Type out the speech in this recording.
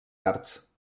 arts